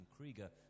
Krieger